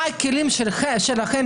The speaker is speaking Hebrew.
מה הכלים שלכם,